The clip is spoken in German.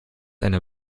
eine